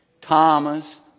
Thomas